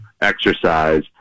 exercise